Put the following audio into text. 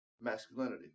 masculinity